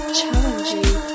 challenging